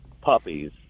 puppies